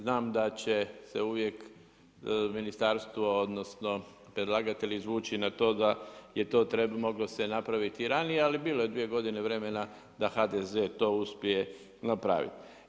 Znam da će se uvijek ministarstvo odnosno predlagatelj izvući na to da se to moglo napraviti ranije, ali bilo je dvije godine vremena da HDZ to uspije napraviti.